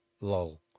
lol